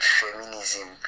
feminism